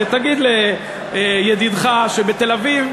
תגיד לידידך שבתל-אביב,